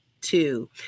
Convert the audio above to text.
Two